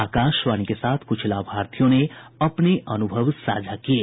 आकाशवाणी के साथ कुछ लाभार्थियों ने अपने अनुभव साझा किये